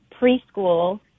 preschool